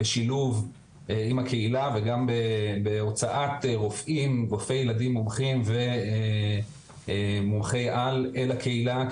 בשילוב עם הקהילה וגם בהוצאת רופאי ילדים מומחים ומומחי על אל הקהילה,